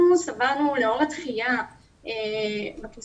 אנחנו סברנו לאור הדחייה והכניסה